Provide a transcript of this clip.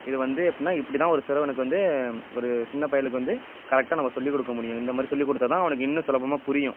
இது வந்து எப்புடின்னா இப்படி தான் ஒரு சிறுவனுக்கு வந்து ஒரு சின்ன பயலுக்கு வந்து கரெக்டாக நம்ம சொல்லி கொடுக்க முடியும் இந்தமாதிரி சொல்லி கொடுத்தாதான் அவனுக்கு இன்னும் சுலபமாக புரியும்